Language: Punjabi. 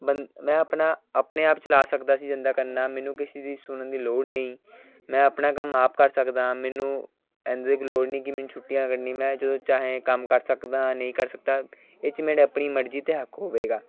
ਬੰ ਮੈਂ ਆਪਣਾ ਆਪਣੇ ਆਪ ਚਲਾ ਸਕਦਾ ਸੀ ਜਿੱਦਾਂ ਕਰਨਾ ਮੈਨੂੰ ਕਿਸੇ ਦੀ ਸੁਣਨ ਦੀ ਲੋੜ ਨਹੀਂ ਮੈਂ ਆਪਣਾ ਕੰਮ ਆਪ ਕਰ ਸਕਦਾ ਮੈਨੂੰ ਇਹਦੀ ਕੋਈ ਲੋੜ ਨਹੀਂ ਕਿ ਮੈਨੂੰ ਛੁੱਟੀ ਕਰਨੀ ਮੈਂ ਜਦੋਂ ਚਾਹਾਂ ਕੰਮ ਕਰ ਸਕਦਾ ਨਹੀਂ ਕਰ ਸਕਦਾ ਇਹ 'ਚ ਮੇਰੀ ਆਪਣੀ ਮਰਜ਼ੀ 'ਤੇ ਹੱਕ ਹੋਵੇਗਾ